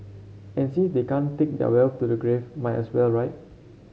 and since they can't take their wealth to the grave might as well right